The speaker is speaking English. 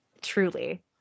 truly